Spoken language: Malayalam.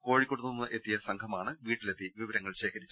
കോഴിക്കോട്ട് നിന്നെത്തിയ സംഘ മാണ് വീട്ടിലെത്തി വിവരങ്ങൾ ശേഖരിച്ചത്